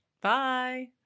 Bye